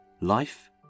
life